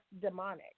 demonic